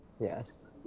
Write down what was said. Yes